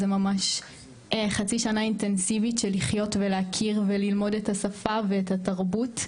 זה ממש חצי שנה אינטנסיבית של לחיות ולהכיר וללמוד את השפה ואת התרבות,